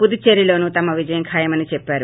పుదుచ్చేరిలోనూ తమ విజయం ఖాయమని చెప్పారు